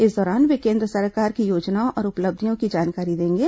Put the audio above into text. इस दौरान वे केन्द्र सरकार की योजनाओं और उपलब्धियों की जानकारी देंगे